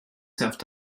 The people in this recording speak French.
servent